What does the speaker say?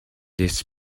this